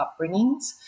upbringings